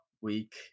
week